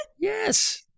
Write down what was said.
Yes